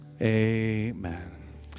amen